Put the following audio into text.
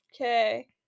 Okay